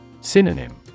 Synonym